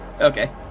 Okay